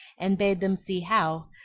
and bade them see how,